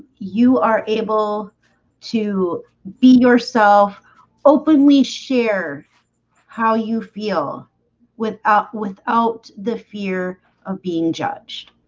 you are able to be yourself openly share how you feel without without the fear of being judged?